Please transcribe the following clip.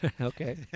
Okay